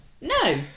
No